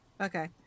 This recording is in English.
Okay